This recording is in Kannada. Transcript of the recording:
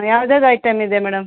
ಯಾವ್ದು ಯಾವ್ದು ಐಟಮ್ಮಿದೆ ಮೇಡಮ್